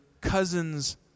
cousin's